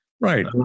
right